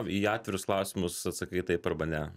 į atvirus klausimus atsakai taip arba ne